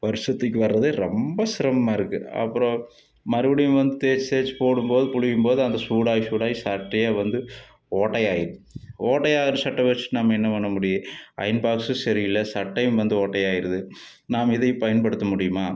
வருஷத்துக்கு வரதே ரொம்ப சிரமமாக இருக்குது அப்புறம் மறுபடியும் வந்து தேய்ச்சி தேய்ச்சி போடும் போது புழியும் போது அந்த சூடாகி சூடாகி சட்டையே வந்து ஓட்டையாகிருது ஓட்டையாகிட்ற சட்டை வச்சுட்டு நம்ம என்ன பண்ண முடியும் அயன் பாக்ஸு சரியில்லை சட்டையும் வந்து ஓட்டையாகிருது நாம் இதை பயன் படுத்த முடியுமா